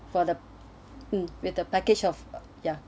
for the mm with a package of ya